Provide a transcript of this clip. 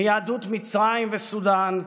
מיהדות מצרים וסודאן,